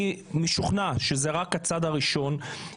אני משוכנע שזה רק הצעד הראשון.